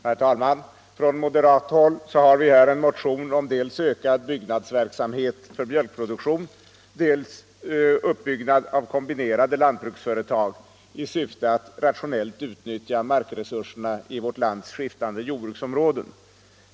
Herr talman! Från moderat håll har vi väckt en motion om dels ökad byggnadsverksamhet för mjölkproduktion, dels uppbyggnad av kombinerade lantbruksföretag i syfte att rationellt utnyttja markresurserna i vårt lands skiftande jordbruksområden.